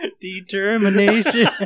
Determination